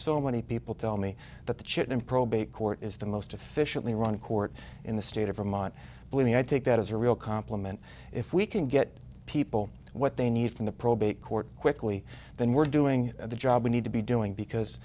so many people tell me that the chit in probate court is the most efficiently run court in the state of vermont believe me i think that is a real complement if we can get people what they need from the probate court quickly than we're doing the job we need to be doing because